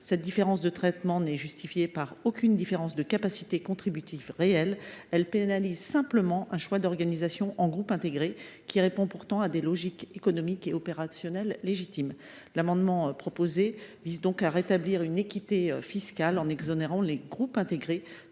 Cette différence de traitement n’est justifiée par aucune différence de capacité contributive réelle. Elle pénalise simplement le choix de s’organiser en un groupe intégré, qui répond pourtant à des logiques économiques et opérationnelles légitimes. Cet amendement vise donc à rétablir une équité fiscale en exonérant les groupes intégrés